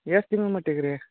ಎಷ್ಟು ತಿಂಗ್ಳ ಮಟ್ಟಿಗೆ ರೀ